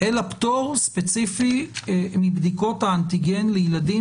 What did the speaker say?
אלא פטור ספציפי מבדיקות האנטיגן לילדים